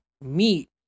meat